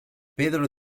pedro